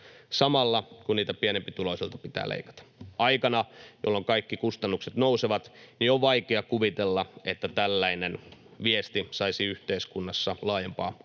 samalla kun niiltä pienempituloisilta pitää leikata. Aikana, jolloin kaikki kustannukset nousevat, on vaikea kuvitella, että tällainen viesti saisi yhteiskunnassa laajempaa kannatusta,